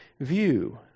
view